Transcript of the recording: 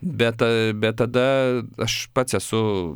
bet bet tada aš pats esu